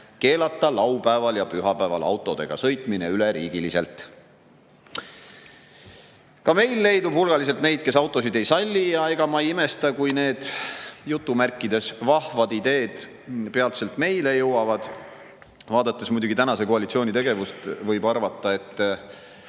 keelata laupäeval ja pühapäeval autodega sõitmine üleriigiliselt. Ka meil leidub hulgaliselt neid, kes autosid ei salli, ja ega ma ei imesta, kui need "vahvad ideed" peatselt meile jõuavad. Vaadates muidugi tänase koalitsiooni tegevust, võib arvata, et